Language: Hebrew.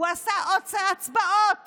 והוא עשה עוצר הצבעות